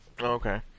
Okay